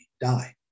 die